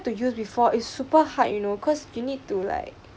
try to use before it's super hard you know cause you need to like